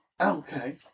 okay